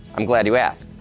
i'm glad you asked.